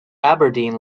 aberdeen